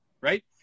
right